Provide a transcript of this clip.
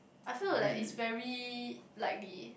I feel like it's very likely